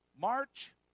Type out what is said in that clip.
march